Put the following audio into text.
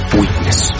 weakness